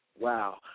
Wow